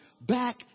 back